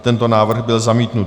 Tento návrh byl zamítnut.